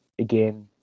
again